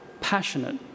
passionate